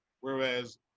whereas